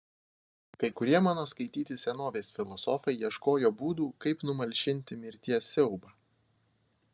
kai kurie mano skaityti senovės filosofai ieškojo būdų kaip numalšinti mirties siaubą